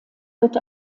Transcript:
wird